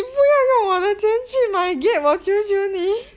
所以 support 我们使我们带你不要让我们真正 shi wo men dai ni bu yao rang wo men zhen zheng good 王军 journey